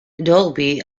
dolby